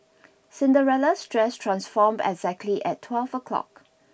Cinderella's dress transformed exactly at twelve O'clock